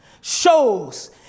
shows